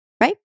Right